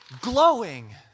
glowing